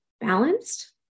balanced